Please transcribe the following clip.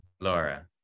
Laura